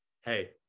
hey